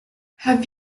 have